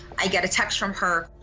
i get a text from her.